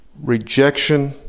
rejection